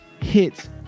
hits